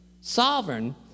Sovereign